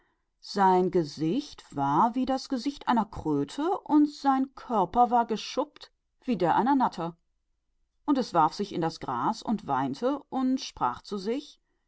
sein gesicht war wie das gesicht einer kröte und sein körper war geschuppt wie der einer natter und es warf sich in das gras und weinte und sprach zu sich